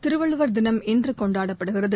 திருவள்ளூவர் தினம் இன்று கொண்டாடப்படுகிறது